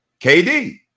KD